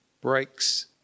breaks